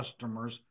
customers